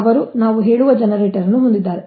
ಅವರು ನಾವು ಹೇಳುವ ಜನರೇಟರ್ ಅನ್ನು ಹೊಂದಿದ್ದಾರೆ